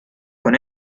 con